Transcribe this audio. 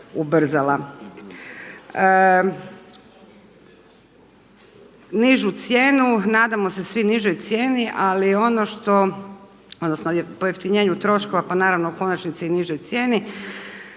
ubrzala. Nižu cijenu, nadamo se svi nižoj cijeni ali ono što, odnosno pojeftinjenju troškova, pa naravno u konačnici i nižoj cijeni.